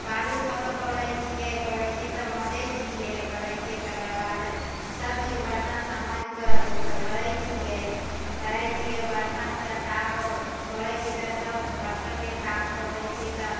बालू धऽकऽ करैत छियै करैत छियै तऽ मजैत छियै करैत छियै तकर बाद सभचीज बर्तन सभ माजि कऽ धोकऽ धरैत छियै करैत छियै बर्तनसँ साफ करैत छियै तऽ सभ बर्तनके साफ करैत छियै तऽ